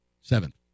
Seventh